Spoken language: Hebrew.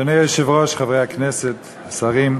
אדוני היושב-ראש, חברי הכנסת, שרים,